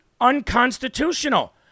unconstitutional